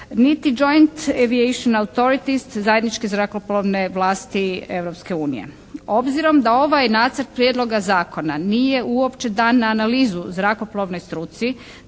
Niti "Joint aviation autorities" zajedničke zrakoplovne vlasti Europske unije. Obzirom da ovaj nacrt prijedloga zakona nije uopće dan na analizu zrakoplovnoj struci,